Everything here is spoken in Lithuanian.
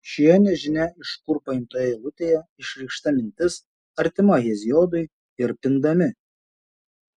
šioje nežinia iš kur paimtoje eilutėje išreikšta mintis artima heziodui ir pindami